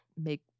make